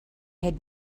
had